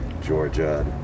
Georgia